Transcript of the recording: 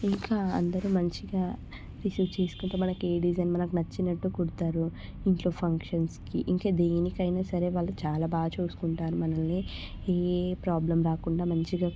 ఇంకా అందరూ మంచిగా రిసీవ్ చేసుకుంటే మనకే డిజైన్ మనకు నచ్చినట్టు కుడతారు ఇంట్లో ఫంక్షన్స్కి ఇంకా దేనికైనా సరే వాళ్ళు చాలా బాగా చూసుకుంటారు మనల్ని ఏ ప్రాబ్లమ్ రాకుండా మంచిగా